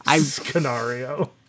scenario